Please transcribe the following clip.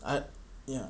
ah ya